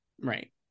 Right